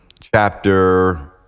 chapter